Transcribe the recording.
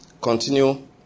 continue